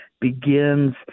begins